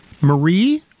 Marie